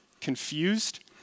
confused